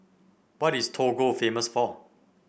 what is Togo famous for